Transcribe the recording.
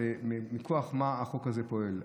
מכוח מה החוק הזה פועל.